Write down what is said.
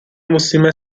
musíme